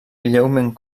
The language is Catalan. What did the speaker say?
lleument